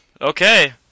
okay